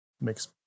makes